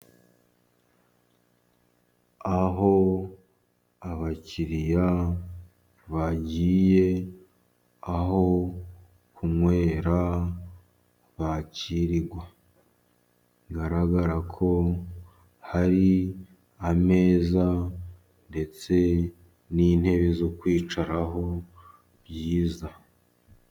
Aho abakiriya bagiye aho kunywera bakirirwa, bigaragarako hari ameza ndetse n'intebe zo kwicaraho byiza.